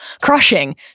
crushing